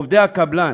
עובדי הקבלן,